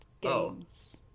games